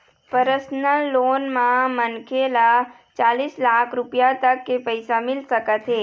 personal loan म मनखे ल चालीस लाख रूपिया तक के पइसा मिल सकत हे